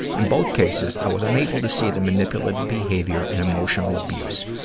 in both cases, i was unable to see the manipulative behavior and emotional abuse.